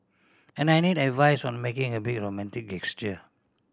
and I need advice on making a big romantic gesture